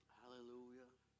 hallelujah